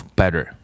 better